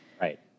Right